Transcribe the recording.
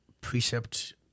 precept